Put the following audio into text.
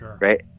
right